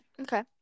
Okay